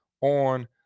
on